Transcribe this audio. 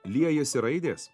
liejasi raidės